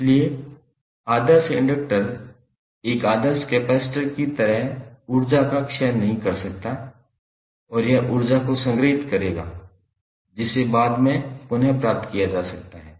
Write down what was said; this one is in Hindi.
इसलिए आदर्श इंडक्टर एक आदर्श कैपेसिटर की तरह ऊर्जा का क्षय नहीं कर सकता है और यह ऊर्जा को संग्रहीत करेगा जिसे बाद में पुनः प्राप्त किया जा सकता है